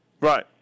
Right